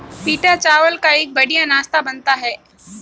पीटा चावल का एक बढ़िया नाश्ता बनता है